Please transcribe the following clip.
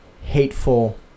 hateful